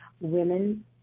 women